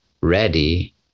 ready